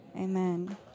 Amen